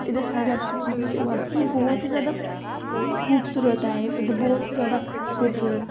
इद्धर साढ़े रियासी डिस्ट्रिक्ट बिच होआ दे कि बहुत हि ज्यादा खूबसूरत ऐ एह् ते बहुत ज्यादा खूबसूरत